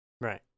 right